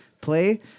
play